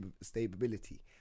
stability